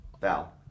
Val